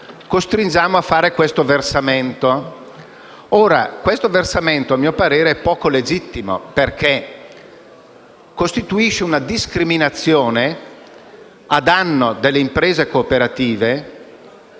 ogni caso a fare questo versamento, che - a mio parere - è poco legittimo, perché costituisce una discriminazione a danno delle imprese cooperative